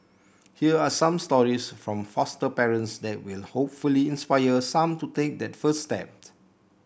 here are some stories from foster parents that will hopefully inspire some to take that first steps